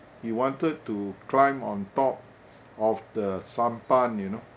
he wanted to climb on top of the sampan you know